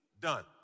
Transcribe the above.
done